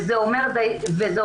וזה אומר דרשני.